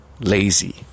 Lazy